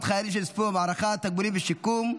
חיילים שנספו במערכה (תגמולים ושיקום)